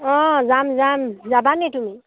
অঁ যাম যাম যাবা নি তুমি